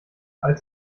als